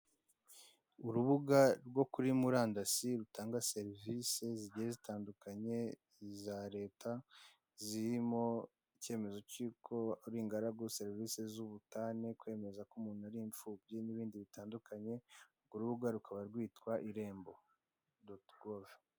Urubuga rwo kuri murandasi rutanga serivise za leta, zirimo, ikemezo cy'uko uri ingaragu, kwemeza ko uri imfubyi n'ibindi bitandukanye, urwo rubuga rukaba rwitwa irembo doti gove.